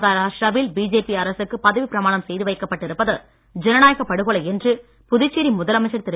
மஹாராஷ்டிராவில் BJP அரசுக்கு பதவி பிரமாணம் செய்து வைக்கப்பட்டு இருப்பது ஜனநாயக படுகொலை என்று புதுச்சேரி முதலமைச்சர் திரு